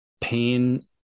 pain